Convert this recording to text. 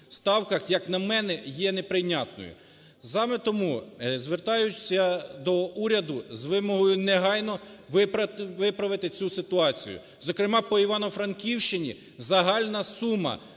ставках, як на мене, є неприйнятною. Саме тому звертаюсь я до уряду з вимогою негайно виправити цю ситуацію. Зокрема по Івано-Франківщині загальна сума